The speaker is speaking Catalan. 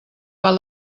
val